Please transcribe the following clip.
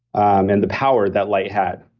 and the power that light had.